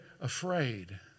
afraid